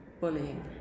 bullying